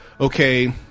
okay